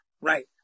right